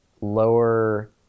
Lower